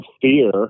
fear